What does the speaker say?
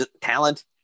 talent